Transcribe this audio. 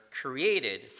created